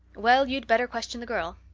well, you'd better question the girl,